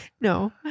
No